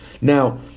Now